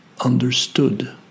understood